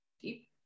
Deep